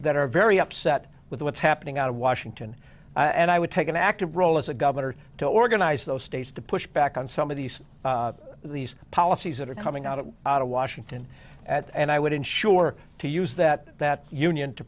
that are very upset with what's happening out of washington and i would take an active role as a governor to organize those states to push back on some of these these policies that are coming out of washington at and i would ensure to use that that union to